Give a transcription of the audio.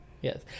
Yes